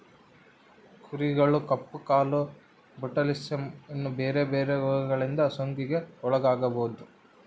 ಕುರಿಗಳು ಕಪ್ಪು ಕಾಲು, ಬೊಟುಲಿಸಮ್, ಇನ್ನ ಬೆರೆ ಬೆರೆ ರೋಗಗಳಿಂದ ಸೋಂಕಿಗೆ ಒಳಗಾಗಬೊದು